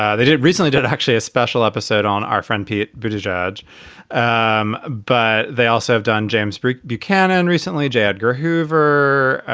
ah they did recently did actually a special episode on our friend peate, british judge. um but they also have done james buchanan recently j. edgar hoover